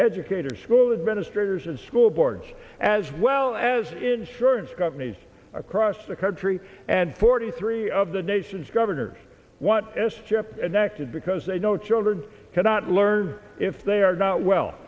educators school administrators and school boards as well as insurance companies across the country and forty three of the nation's governors what s chip and acted because they know children cannot learn if they are not well